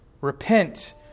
repent